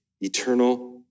eternal